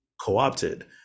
co-opted